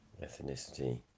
ethnicity